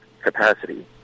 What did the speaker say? capacity